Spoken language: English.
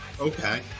okay